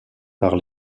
par